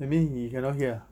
that mean he cannot hear ah